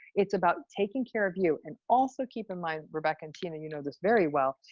it's about taking care of you. and also keep in mind, rebecca and tina, you know this very well,